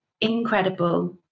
incredible